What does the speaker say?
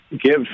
give